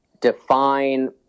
define